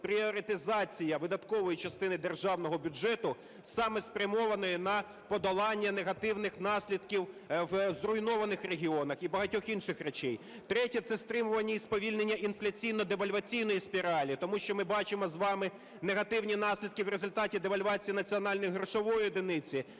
пріоритезація видаткової частини державного бюджету, саме спрямованої на подолання негативних наслідків в зруйнованих регіонах і багатьох інших речей. Третє. Це стримування і сповільнення інфляційно-девальваційної спіралі. Тому що ми бачимо з вами негативні наслідки в результаті девальвації національної грошової одиниці,